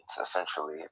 essentially